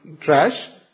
trash